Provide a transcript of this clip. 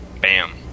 Bam